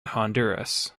honduras